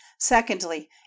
secondly